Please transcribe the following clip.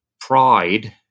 Pride